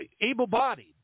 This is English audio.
able-bodied